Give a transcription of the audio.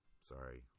sorry